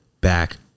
back